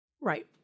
Right